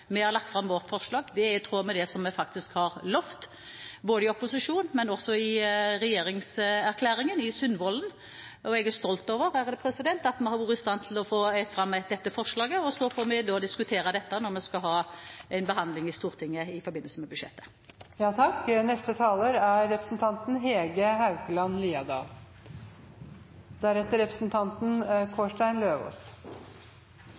har lagt fram vårt forslag. Det er i tråd med det som vi faktisk har lovet, både i opposisjon og i regjeringserklæringen, Sundvolden. Jeg er stolt over at vi har vært i stand til å få fram dette forslaget, og så får vi diskutere dette når vi skal behandle det i Stortinget i forbindelse med budsjettet.